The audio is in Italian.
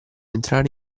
entrare